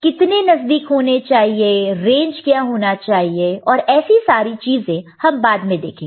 कितने नजदीक होना चाहिए रेंज क्या होना चाहिए और ऐसी सारी चीजें हम बाद में देखेंगे